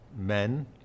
men